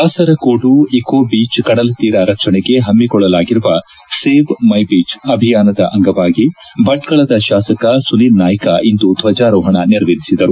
Kasaragod eco beach ಕಡಲತೀರ ರಕ್ಷಣೆಗೆ ಹಮ್ನಿಕೊಳ್ಳಲಾಗಿರುವ ಸೇವ್ ಮೈ ಬೀಚ್ ಅಭಿಯಾನದ ಅಂಗವಾಗಿ ಭೆಟ್ನಳದ ಶಾಸಕ ಸುನೀಲ್ ನಾಯ್ಗ ಇಂದು ಧ್ವಜಾರೋಹಣ ನೆರವೇರಿಸಿದರು